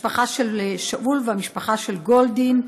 המשפחה של שאול והמשפחה של גולדין,